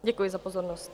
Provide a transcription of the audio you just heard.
Děkuji za pozornost.